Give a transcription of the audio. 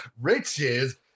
riches